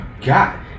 God